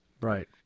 Right